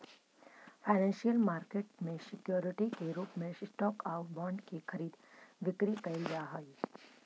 financial market में security के रूप में स्टॉक आउ बॉन्ड के खरीद बिक्री कैल जा हइ